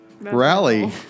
Rally